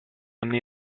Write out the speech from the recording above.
anni